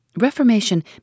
Reformation